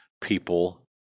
people